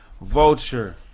vulture